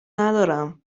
ندارم